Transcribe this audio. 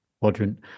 quadrant